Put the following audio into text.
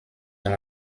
dans